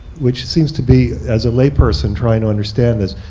which seems to be as a layperson trying to understand this,